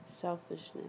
Selfishness